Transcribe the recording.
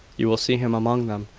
you will see him among them,